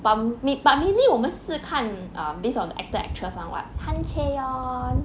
but mm but mainly 我们是看 um based on the actor actress [one] [what]